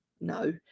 no